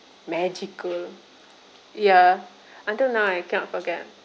magical ya until now I cannot forget